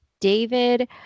David